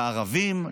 והערבים,